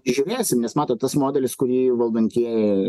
žiūrėsim nes matot tas modelis kurį valdantieji